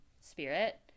spirit